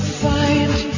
find